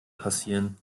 passieren